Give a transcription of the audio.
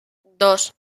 dos